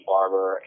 Barber